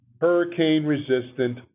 hurricane-resistant